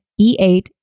E8